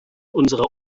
unserer